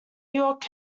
york